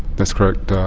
that's correct. ah